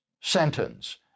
sentence